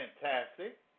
fantastic